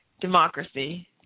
democracy